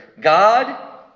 god